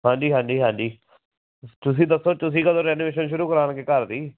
ਹਾਂਜੀ ਹਾਂਜੀ ਹਾਂਜੀ ਤੁਸੀਂ ਦੱਸੋ ਤੁਸੀਂ ਕਦੋਂ ਰੈਨੋਵੇਸ਼ਨ ਸ਼ੁਰੂ ਕਰਾਂਣਗੇ ਘਰ ਦੀ